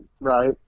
Right